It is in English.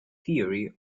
theory